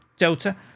Delta